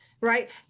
right